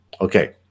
okay